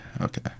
Okay